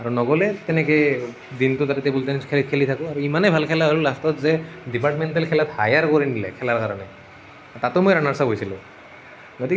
আৰু নগ'লে তেনেকৈ দিনটো তাতে টেবুল টেনিছ খেলি খেলি থাকোঁ আৰু ইমানেই ভাল খেলা হ'লোঁ লাষ্টত যে ডিপাৰ্টমেণ্টেল খেলত হায়াৰ কৰি নিলে তাতো মই ৰাণাৰ্ছ আপ হৈছিলোঁ